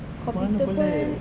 mana boleh